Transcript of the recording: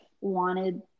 wanted